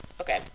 Okay